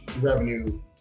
revenue